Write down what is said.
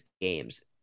games